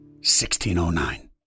1609